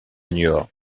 niort